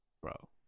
Bro